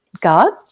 God